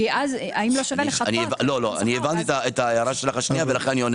כי אז האם לא שווה לחכות להסכם שכר?